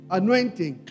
anointing